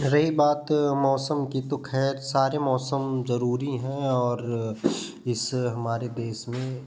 रही बात मौसम की तो खैर सारे मौसम जरूरी हैं और इस हमारे देश में